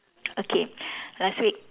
okay last week